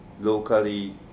locally